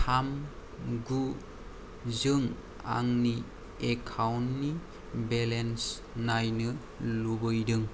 थाम गु जों आंनि एकाउन्टनि बेलेन्स नायनो लुबैदों